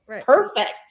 perfect